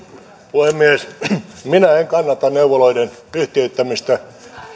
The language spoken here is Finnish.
puhemies minä en kannata neuvoloiden yhtiöittämistä